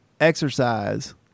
exercise